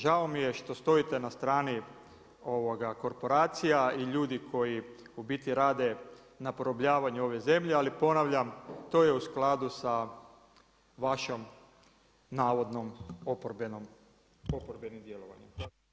Žao mi je što stojite na strani korporacija i ljudi koji u biti rade na porobljavanju ove zemlje ali ponavljam to je u skladu sa vašom navodnom oporbenom, oporbenim djelovanjem.